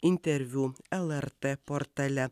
interviu lrt portale